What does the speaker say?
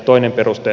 toinen peruste